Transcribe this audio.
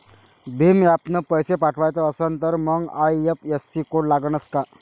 भीम ॲपनं पैसे पाठवायचा असन तर मंग आय.एफ.एस.सी कोड लागनच काय?